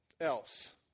else